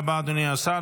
תודה רבה, אדוני השר.